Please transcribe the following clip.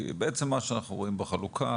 כי בעצם מה שאנחנו רואים בחלוקה,